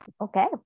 Okay